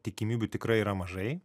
tikimybių tikrai yra mažai